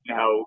Now